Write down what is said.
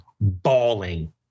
bawling